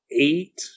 eight